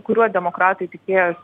kuriuo demokratai tikėjosi